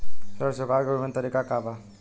ऋण चुकावे के विभिन्न तरीका का बा?